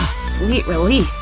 sweet relief.